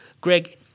Greg